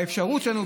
באפשרות שלנו,